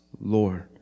Lord